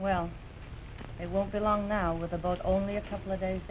well it won't be long now live about only a couple of days